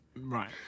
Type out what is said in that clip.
Right